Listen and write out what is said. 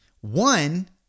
One